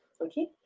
Okay